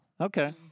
okay